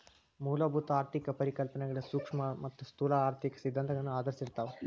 ಮೂಲಭೂತ ಆರ್ಥಿಕ ಪರಿಕಲ್ಪನೆಗಳ ಸೂಕ್ಷ್ಮ ಮತ್ತ ಸ್ಥೂಲ ಆರ್ಥಿಕ ಸಿದ್ಧಾಂತಗಳನ್ನ ಆಧರಿಸಿರ್ತಾವ